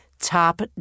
top